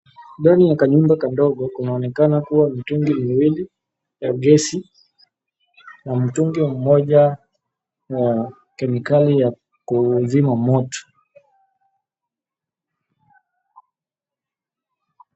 Ndani ya kanyumba kadogo kunaonekana kuwa mitungi miwili ya gesi na mtungi mmoja na kemikali ya kuuzima moto.